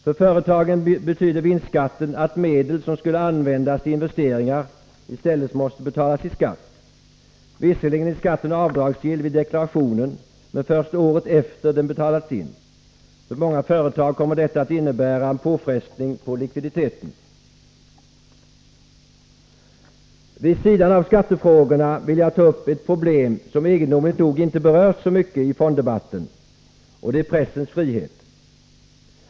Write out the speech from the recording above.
För företagen betyder vinstskatten att medel som skulle användas till investeringar i stället måste betalas i skatt. Visserligen är skatten avdragsgill vid deklarationen, men först året efter det att den betalats in. För många företag kommer detta att innebära en påfrestning på likviditeten. Vid sidan av skattefrågorna vill jag ta upp ett problem som egendomligt nog inte berörts så mycket i fonddebatten, och det är pressens frihet.